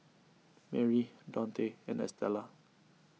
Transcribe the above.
Merri Daunte and Estella